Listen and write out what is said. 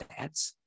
stats